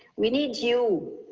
we need you,